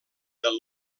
del